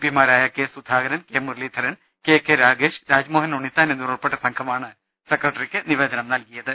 പിമാരായ K Sudhakaran K Muraleedharan K K Ragesh Rajmohan Unnithan എന്നിവർ ഉൾപ്പെട്ട സംഘമാണ് സെക്രട്ടറിക്ക് നിവേദനം നൽകിയത്